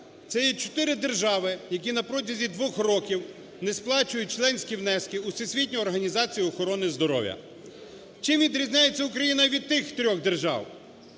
Це є чотири держави, які на протязі двох років не сплачують членські внески у Всесвітню організацію охорони здоров'я. Чим відрізняється Україна від тих трьох держав?